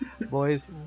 boys